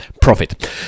profit